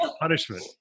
punishment